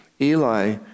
Eli